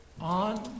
on